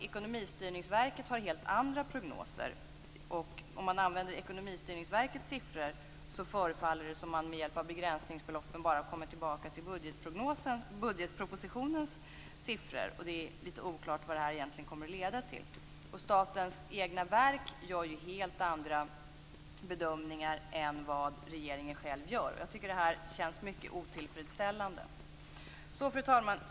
Ekonomistyrningsverket har helt andra prognoser. Om man använder Ekonomistyrningsverkets siffror förefaller det som att man med begränsningsbeloppen bara kommer tillbaka till bugdetpropositionens siffror. Det är lite oklart vad det egentligen kommer att leda till. Statens egna verk gör helt andra bedömningar än vad regeringen själv gör. Jag tycker att det här känns mycket otillfredsställande. Fru talman!